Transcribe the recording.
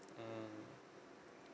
mmhmm